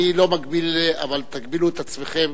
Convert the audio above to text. אני לא מגביל, אבל תגבילו את עצמכם